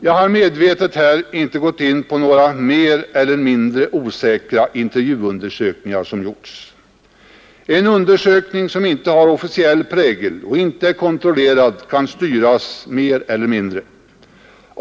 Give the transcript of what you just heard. Jag har medvetet inte gått in på några mer eller mindre säkra intervjuundersökningar som gjorts. En undersökning som inte har officiell prägel och inte är kontrollerad kan styras mer eller mindre.